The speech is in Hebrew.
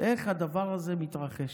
איך הדבר הזה מתרחש?